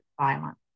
violence